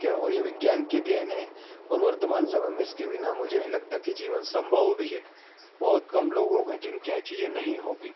क्या और ये विज्ञान की देन है और वर्तमान समय में इसके बिना मुझे नहीं लगता कि जीवन संभव भी है बहुत कम लोग होंगे जिनके यहाँ ये चीजे नहीं होंगी